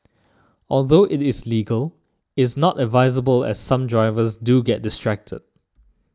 although it is legal is not advisable as some drivers do get distracted